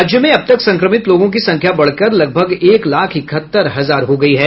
राज्य में अब तक संक्रमित लोगों की संख्या बढ़कर लगभग एक लाख इकहत्तर हजार हो गयी है